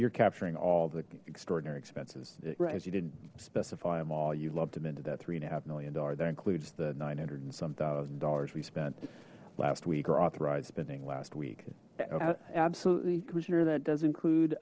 you're capturing all the extraordinary expenses right as you didn't specify them all you loved him into that three and a half million dollar that includes the nine hundred and some thousand dollars we spent last week or authorized spending last week absolutely commissioner that does include